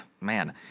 man